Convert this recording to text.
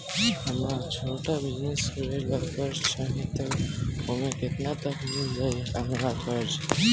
हमरा छोटा बिजनेस करे ला कर्जा चाहि त ओमे केतना तक मिल जायी हमरा कर्जा?